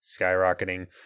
skyrocketing